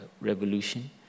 revolution